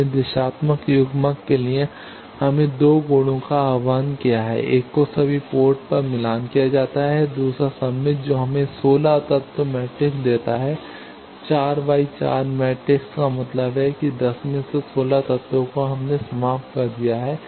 इसलिए दिशात्मक युग्मक के लिए हमने 2 गुणों का आह्वान किया है एक को सभी पोर्ट पर मिलान किया जाता है दूसरा सममित है जो हमें 16 तत्व मैट्रिक्स देता है 4 द्वारा 4 मैट्रिक्स का मतलब है कि 10 में से 16 तत्वों को हमने समाप्त कर दिया है